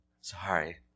Sorry